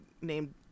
named